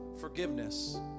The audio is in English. forgiveness